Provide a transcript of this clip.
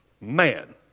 man